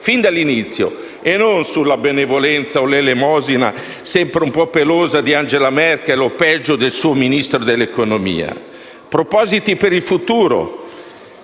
fin dall'inizio e non sulla benevolenza o l'elemosina, sempre un po' pelosa, di Angela Merkel o, peggio, del suo Ministro dell'economia. Propositi per il futuro: